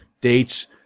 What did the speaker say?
dates